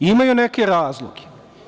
Imaju neke razloge.